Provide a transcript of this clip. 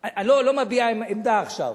אני לא מביע עמדה עכשיו.